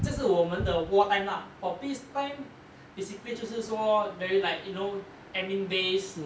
这是我们的 war time lah for peace time basically 就是说 very like you know admin based